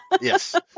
Yes